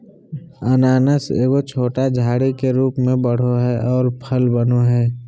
अनानास एगो छोटा झाड़ी के रूप में बढ़ो हइ और फल बनो हइ